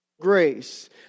grace